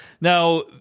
Now